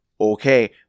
okay